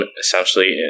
essentially